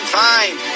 fine